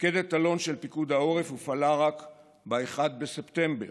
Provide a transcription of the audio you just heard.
מפקדת אלון של פיקוד העורף הופעלה רק ב-1 בספטמבר.